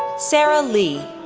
sarah li,